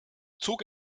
zog